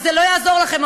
וזה לא יעזור לכם,